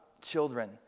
children